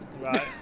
Right